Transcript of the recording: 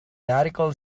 article